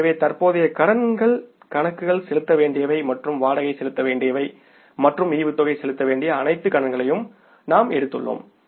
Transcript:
ஆகவே தற்போதைய கடன்கள் கணக்குகள் செலுத்த வேண்டியவை மற்றும் வாடகை செலுத்த வேண்டியவை மற்றும் டிவிடெண்ட் செலுத்த வேண்டிய அனைத்து கடன்களையும் நாம் எடுத்துள்ளோம்